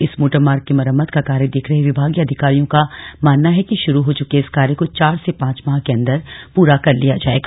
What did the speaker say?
इस मोटर मार्ग की मरम्त का कार्य देख रहे विभागीय अधिकारियों का मानना है कि भाुरू हो चुके इस कार्य को चार से पांच माह के अन्दर पूरा कर लिया जाएगा